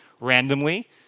randomly